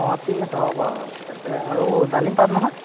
অঁ ঠিক আছে হ'ব বাৰু তেন্তে আৰু ডালিম পাম নহয়